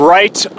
right